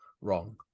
wrong